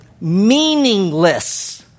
meaningless